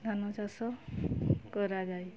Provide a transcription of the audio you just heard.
ଧାନଚାଷ କରାଯାଏ